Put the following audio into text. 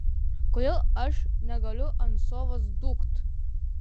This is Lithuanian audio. kodėl aš negaliu ant sofos dūkt